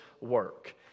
work